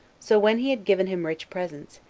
so when he had given him rich presents,